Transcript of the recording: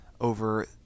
over